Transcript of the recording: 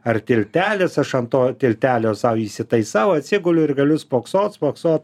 ar tiltelis aš ant to tiltelio sau įsitaisau atsiguliu ir galiu spoksot spoksot